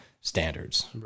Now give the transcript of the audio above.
standards